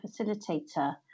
facilitator